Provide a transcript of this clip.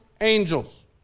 angels